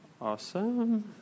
Awesome